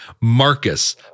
Marcus